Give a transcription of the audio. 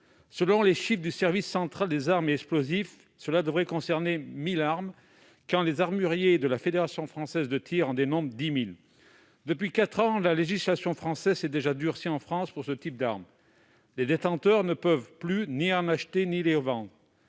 Selon les chiffres du service central des armes et explosifs, cela devrait concerner 1 000 armes, quand les armuriers de la Fédération française de tir en dénombrent 10 000. Depuis quatre ans, la législation s'est déjà durcie en France pour ce type d'armes : les détenteurs ne peuvent plus ni en acheter ni en vendre.